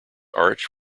arch